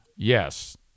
Yes